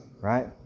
Right